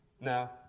Now